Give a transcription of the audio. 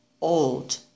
old